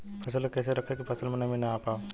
फसल के कैसे रखे की फसल में नमी ना आवा पाव?